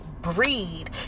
breed